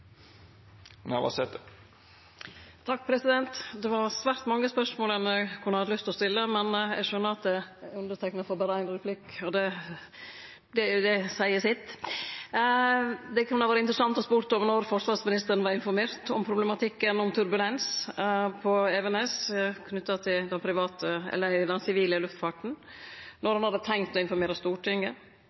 Det er svært mange spørsmål ein kunne hatt lyst til å stille, men eg skjønar at eg får berre ein replikk, og det seier sitt. Det kunne ha vore interessant å spørje om når forsvarsministeren var informert om problematikken med turbulens på Evenes knytt til den sivile luftfarten, og når han hadde tenkt å informere Stortinget.